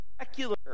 secular